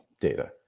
data